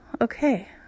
okay